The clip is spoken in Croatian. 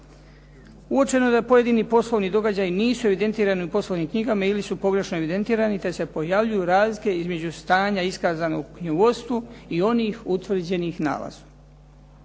Uočeno je da pojedini poslovni događaji nisu evidentirani u poslovnim knjigama ili su pogrešno evidentirani te se pojavljuju razlike između stanja iskazanog u knjigovodstvu i onih utvrđenih nalazom.